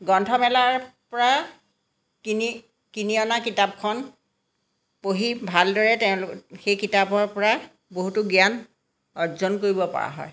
গ্ৰন্থমেলাৰ পৰা কিনি কিনি অনা কিতাপখন পঢ়ি ভালদৰে তেওঁ সেই কিতাপৰ পৰা বহুতো জ্ঞান অৰ্জন কৰিব পৰা হয়